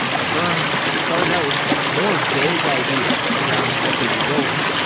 affirm started out with more vague ideas around what they were building.